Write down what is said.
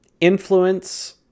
influence